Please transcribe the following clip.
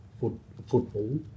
football